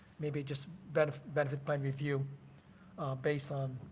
maybe just benefit benefit plan review based on